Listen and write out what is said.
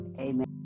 amen